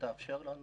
שתאפשר לנו